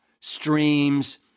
streams